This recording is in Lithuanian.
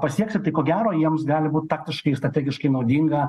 pasieksi tai ko gero jiems gali būt taktiškai ir strategiškai naudinga